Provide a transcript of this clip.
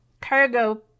cargo